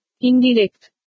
Indirect